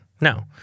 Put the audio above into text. No